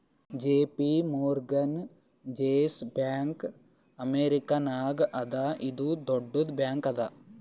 JP Morgan Chase bank ಅಮೇರಿಕಾನಾಗ್ ಅದಾ ಇದು ದೊಡ್ಡುದ್ ಬ್ಯಾಂಕ್ ಅದಾ